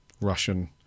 Russian